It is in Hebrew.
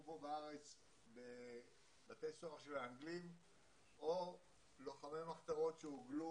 פה בארץ בבתי סוהר של האנגלים או לוחמי מחתרות שהוגלו